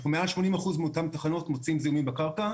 אנחנו במעל 80% מאותן תחנות מוצאים זיהומים בקרקע.